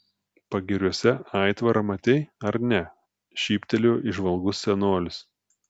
pagiriuose aitvarą matei ar ne šyptelėjo įžvalgus senolis